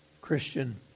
Christian